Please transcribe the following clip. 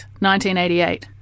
1988